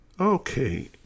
Okay